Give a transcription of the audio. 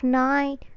night